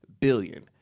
billion